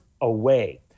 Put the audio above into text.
away